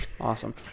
Awesome